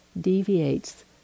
deviates